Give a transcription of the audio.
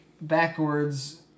backwards